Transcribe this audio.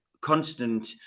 constant